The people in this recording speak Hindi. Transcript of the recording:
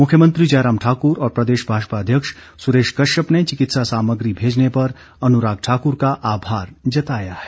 मुख्यमंत्री जयराम ठाकुर और प्रदेश भाजपा अध्यक्ष सुरेश कश्यप ने चिकित्सा सामग्री भेजने पर अनुराग ठाकुर का आभार जताया है